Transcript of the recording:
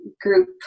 group